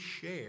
share